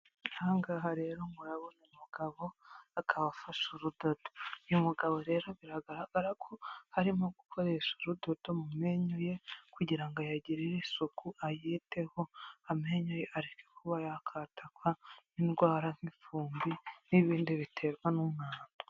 Ahangaha rero murabona umugabo akaba afashe urudodo uyu mugabo rero biragaragara ko harimo gukoresha urudodo mu menyo ye kugira ngo ayagirire isuku ayiteho amenyo ye areke kuba yakatakwa n'indwara nk'ifumbi n'ibindi biterwa n'umwanda.